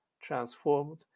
transformed